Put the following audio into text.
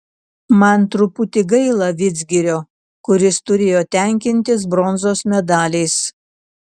man truputį gaila vidzgirio kuris turėjo tenkintis bronzos medaliais